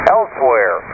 Elsewhere